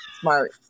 Smart